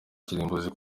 kirimbuzi